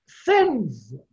Sins